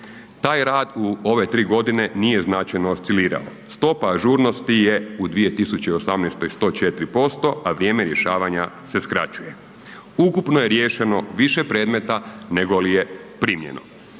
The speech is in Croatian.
taj rad u ove 3.g. nije značajno oscilirao, stopa ažurnosti je u 2018. 104%, a vrijeme rješavanja se skraćuje. Ukupno je riješeno više predmeta nego li je primljeno.